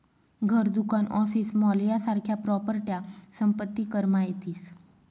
घर, दुकान, office, mall यासारख्या प्रॉपर्ट्या संपत्ती करमा येतीस